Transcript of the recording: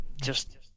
just-